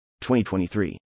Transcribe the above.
2023